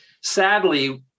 Sadly